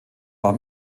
war